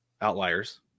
outliers